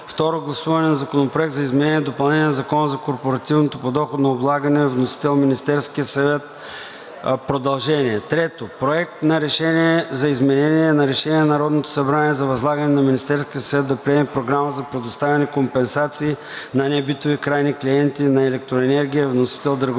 Второ гласуване на Законопроекта за изменение и допълнение на Закона за корпоративното подоходно облагане, вносител – Министерският съвет – продължение. 3. Проект на решение за изменение на Решение на Народното събрание за възлагане на Министерския съвет да приеме Програма за предоставяне на компенсации на небитовите крайни клиенти на електроенергия, вносител Драгомир